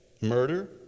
murder